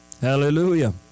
Hallelujah